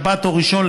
שבת או ראשון,